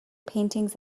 paintings